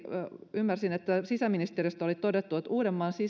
ymmärsin sisäministeriöstä oli todettu että uudenmaan